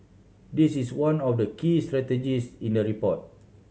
it is one of the key strategies in the report